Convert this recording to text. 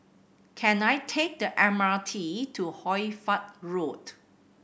can I take the M R T to Hoy Fatt Road